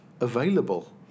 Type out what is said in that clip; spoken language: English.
available